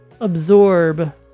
absorb